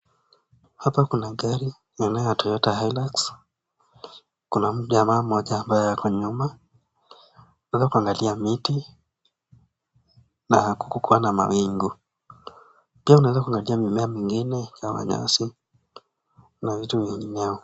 Hapa kuna gari aina ya Toyota Hilux . Kuna mjamaa mmoja ambaye ako nyuma . Naweza kuangalia miti na kukua na mawingu . Pia unaweza kuangalia mimea mingine kama nyasi na vitu vingineo.